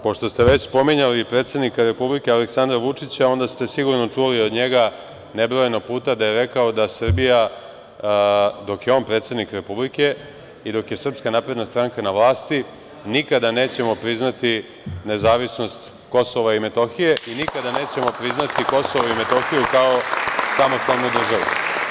Pošto ste već spominjali predsednika Republike Aleksandra Vučića, onda ste sigurno čuli od njega nebrojeno puta da je rekao da Srbija, dok je on predsednik Republike i dok je SNS na vlasti, nikada neće priznati nezavisnost Kosova i Metohije i nikada nećemo priznati Kosovo i Metohiju kao samostalnu državu.